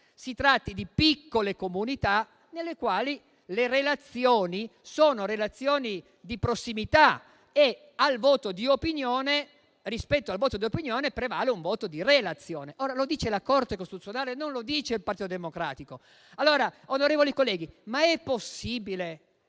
si tratti di piccole comunità nelle quali le relazioni sono di prossimità e rispetto al voto di opinione prevale un voto di relazione. Lo dice la Corte costituzionale, e non lo dice il Partito Democratico. Onorevoli colleghi, ma è possibile